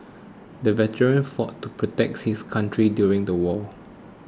the veteran fought to protect his country during the war